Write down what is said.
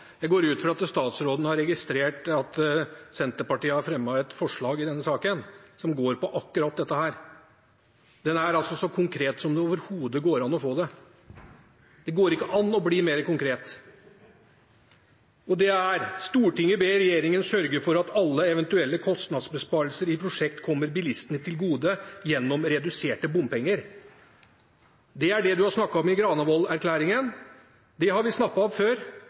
Jeg går ut fra at statsråden har registrert at Senterpartiet har fremmet et forslag i denne saken som går på akkurat dette. Det er så konkret som det overhodet går an å få det, det går ikke an å bli mer konkret, og det lyder: «Stortinget ber regjeringen sørge for at alle eventuelle kostnadsbesparelser i prosjektet kommer bilistene til gode gjennom reduserte bompenger.» Det er det du har snakket om i Granavolden-plattformen. Det har vi snappet opp før,